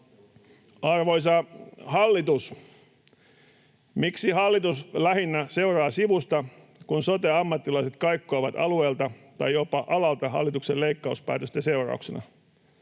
Arvoisa hallitus: Miksi hallitus lähinnä seuraa sivusta, kun sote-ammattilaiset kaikkoavat alueilta tai jopa alalta hallituksen leikkauspäätösten seurauksena?